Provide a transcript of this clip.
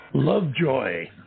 Lovejoy